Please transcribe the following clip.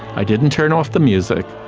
i didn't turn off the music,